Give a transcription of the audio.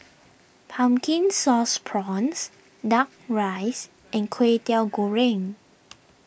Pumpkin Sauce Prawns Duck Rice and Kway Teow Goreng